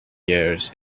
years